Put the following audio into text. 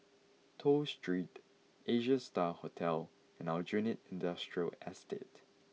Toh Street Asia Star Hotel and Aljunied Industrial Estate